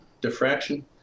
diffraction